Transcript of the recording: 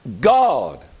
God